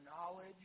knowledge